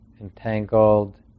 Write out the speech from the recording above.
entangled